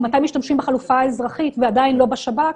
משתמשים בחלופה האזרחית ועדיין לא בשב"כ,